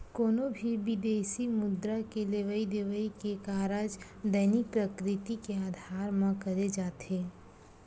कोनो भी बिदेसी मुद्रा के लेवई देवई के कारज दैनिक प्रकृति के अधार म करे जाथे